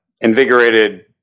invigorated